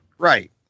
Right